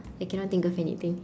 I cannot think of anything